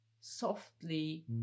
softly